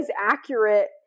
accurate